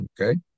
Okay